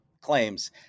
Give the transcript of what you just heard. claims